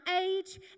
age